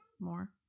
more